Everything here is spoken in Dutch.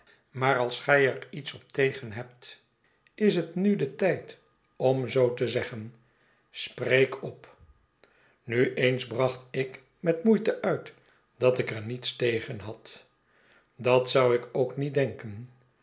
maar als gij er iets op tegen hebt is het nu de ujd om zoo te zeggen spreek op nog eens bracht ik met moeite uit dat ik er niets tegen had dat zou ik ook niet denken